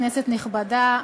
כנסת נכבדה,